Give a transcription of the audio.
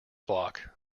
block